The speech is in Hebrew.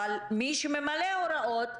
אבל מי שממלא הוראות,